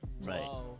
Right